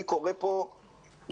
אני קורא פה לאוצר,